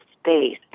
space